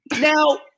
Now